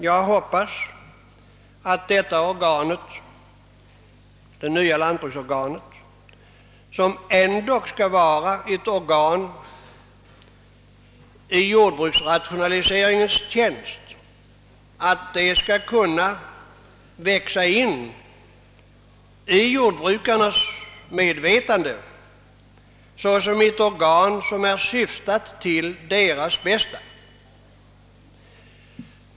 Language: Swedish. Jag hoppas endast att det nya lantbruksorganet, som ändå skall vara ett organ i jordbruksrationaliseringens = tjänst, skall växa in i jordbrukarnas medvetande såsom ett organ vilket syftar till deras bästa.